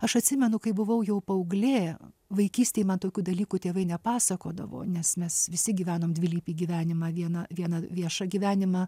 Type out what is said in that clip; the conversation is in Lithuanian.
aš atsimenu kai buvau jau paauglė vaikystėj man tokių dalykų tėvai nepasakodavo nes mes visi gyvenom dvilypį gyvenimą vieną vieną viešą gyvenimą